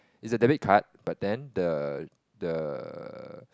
it's a debit card but then the the